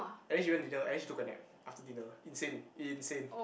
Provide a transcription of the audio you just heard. and then she went dinner and then she took a nap after dinner insane insane